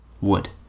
Wood